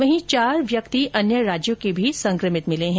वहीं चार व्यक्ति अन्य राज्यों के भी संक्रमित मिले हैं